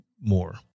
more